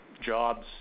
jobs